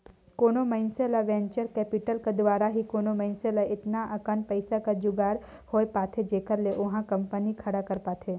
कोनो मइनसे ल वेंचर कैपिटल कर दुवारा ही कोनो मइनसे ल एतना अकन पइसा कर जुगाड़ होए पाथे जेखर ले ओहा कंपनी खड़ा कर पाथे